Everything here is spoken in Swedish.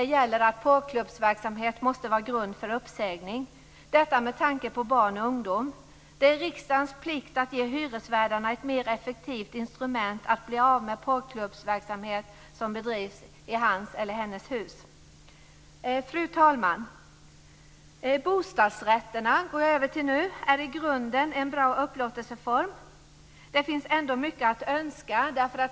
Porrklubbsverksamhet måste vara grund för uppsägning. Detta med tanke på barn och ungdom. Det är riksdagens plikt att ge hyresvärdarna ett mer effektivt instrument att bli av med porrklubbsverksamhet som bedrivs i hans eller hennes hus. Fru talman! Bostadsrätt är i grunden en bra upplåtelseform. Det finns ändå mycket att önska.